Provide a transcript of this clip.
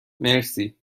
مرسی